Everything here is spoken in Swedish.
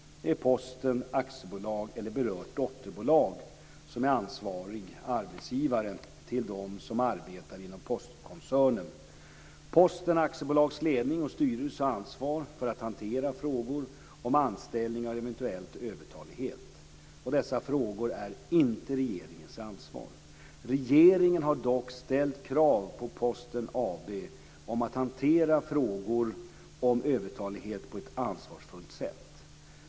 Det är Posten AB eller berört dotterbolag som är ansvarig arbetsgivare för dem som arbetar inom Postkoncernen. Posten AB:s ledning och styrelse har ansvar för att hantera frågor om anställningar och eventuell övertalighet. Dessa frågor är inte regeringens ansvar. Regeringen har dock ställt krav på Posten AB om att hantera frågor om övertalighet på ett ansvarsfullt sätt.